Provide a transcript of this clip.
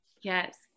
Yes